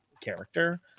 character